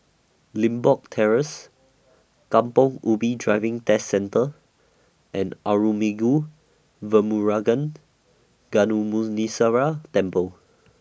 Limbok Terrace Kampong Ubi Driving Test Centre and Arulmigu Velmurugan Gnanamuneeswarar Temple